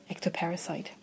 ectoparasite